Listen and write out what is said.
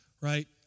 right